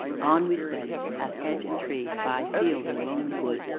on we sped, past hedge and tree, by field and lonely wood.